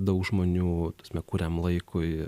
daug žmonių kuriam laikui